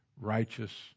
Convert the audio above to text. righteous